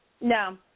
No